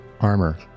armor